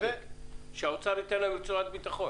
שהאוצר ייתן רצועת ביטחון.